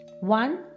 one